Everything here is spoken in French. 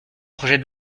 projet